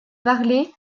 parlée